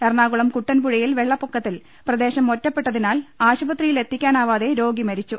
എറണാകുളം കുട്ടൻപുഴയിൽ വെള്ളപ്പൊക്കത്തിൽ പ്രദേശം ഒറ്റപ്പെട്ടതിനാൽ ആശുപത്രിയിലെത്തിക്കാനാവാതെ രോഗി മരിച്ചു